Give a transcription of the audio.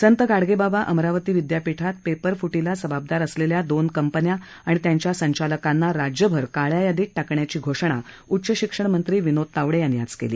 संत गाडगेबाबा अमरावती विद्यापीठात पेपरफुटीला जबाबदार असलेल्या दोन कंपन्यां आणि त्यांच्या संचालकांना राज्यभर काळया यादीत टाकण्याची घोषणा उच्चशिक्षण मंत्री विनोद तावडे यांनी केली